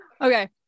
Okay